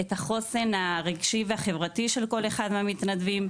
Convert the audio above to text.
את החוסן הרגשי והחברתי של כל אחד מהמתנדבים.